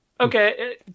Okay